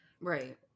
Right